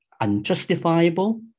unjustifiable